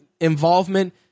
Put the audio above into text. involvement